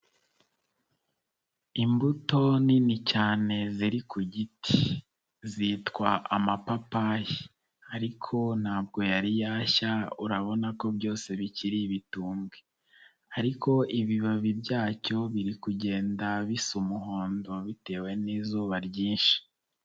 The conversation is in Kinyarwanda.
Imbuto nini cyane ziri ku giti zitwa amapapayi ariko ntabwo yari yashya urabona ko byose bikiri ibitumbwe ariko ibibabi byacyo biri kugenda bisa umuhondo bitewe n'izuba ryinshi.